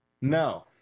No